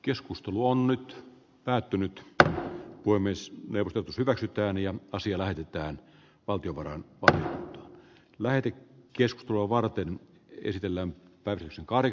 keskustelu on nyt päätynyt voi myös hyväksytään ja asia lähetetään ogiwaran ja lähetti keskitulovarteen esitellään päätyy sankari